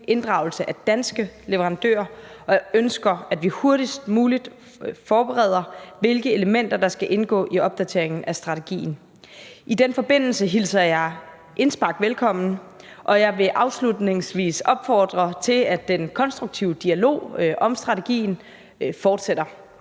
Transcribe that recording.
inddragelse af danske leverandører, og jeg ønsker, at vi hurtigst muligt forbereder, hvilke elementer der skal indgå i opdateringen af strategien. I den forbindelse hilser jeg indspark velkommen, og jeg vil afslutningsvis opfordre til, at den konstruktive dialog om strategien fortsætter.